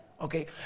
Okay